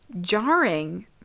jarring